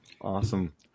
Awesome